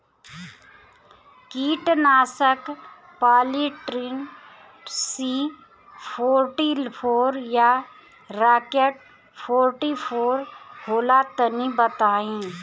कीटनाशक Polytrin C forty four या Rocket forty four होला तनि बताई?